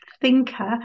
thinker